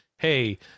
hey